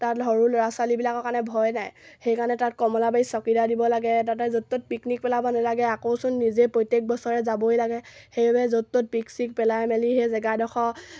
তাত সৰু ল'ৰা ছোৱালীবিলাকৰ কাৰণে ভয় নাই সেইকাৰণে তাত কমলাবাৰীত চকিদাৰ দিব লাগে তাতে য'ত ত'ত পিক চিক পেলাব নালাগে আকৌচোন নিজে প্ৰত্যেক বছৰে যাবই লাগে সেইবাবে য'ত ত'ত পিক চিক পেলাই মেলি সেই জেগাডোখৰ